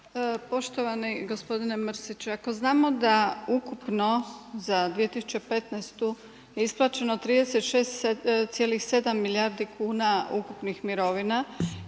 Poštovani gospodine Mrsiću, ako znamo da ukupno za 2015. godinu je isplaćeno 36,7 milijardi kuna ukupnih mirovina